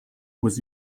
was